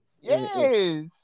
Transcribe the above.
Yes